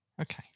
Okay